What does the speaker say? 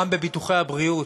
גם בביטוחי הבריאות,